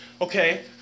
Okay